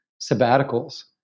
sabbaticals